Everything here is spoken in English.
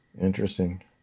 Interesting